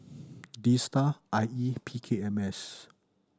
DSTA I E and P K M S